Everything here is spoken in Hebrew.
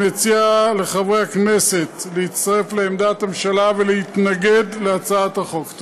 אני מציע לחברי הכנסת להצטרף לעמדת הממשלה ולהתנגד להצעת החוק.